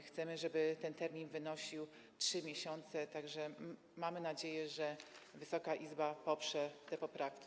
Chcemy, żeby ten termin wynosił 3 miesiące, tak że mamy nadzieję, że Wysoka Izba poprze te poprawki.